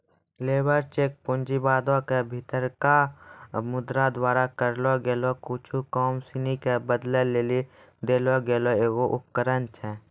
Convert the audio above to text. labour cheque पूँजीवादो के भीतरका मुद्रा द्वारा करलो गेलो कुछु काम सिनी के बदलै लेली देलो गेलो एगो उपकरण छै